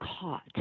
caught